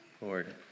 Lord